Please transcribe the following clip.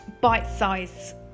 bite-sized